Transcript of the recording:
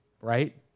right